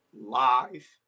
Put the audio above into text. live